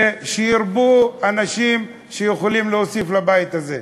ושירבו אנשים שיכולים להוסיף לבית הזה.